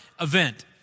event